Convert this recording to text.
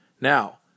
Now